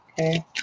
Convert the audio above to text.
okay